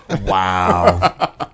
Wow